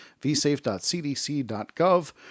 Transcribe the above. vsafe.cdc.gov